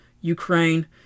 Ukraine